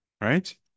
right